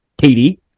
Katie